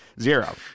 Zero